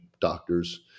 doctors